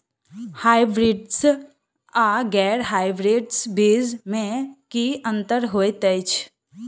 Hybrids आ गैर hybrids बीज म की अंतर होइ अछि?